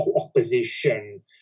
opposition